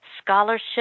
Scholarship